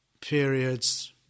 periods